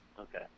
Okay